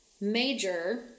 Major